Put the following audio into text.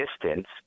distance